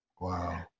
Wow